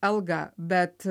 algą bet